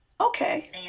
Okay